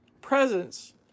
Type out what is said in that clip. presence